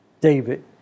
David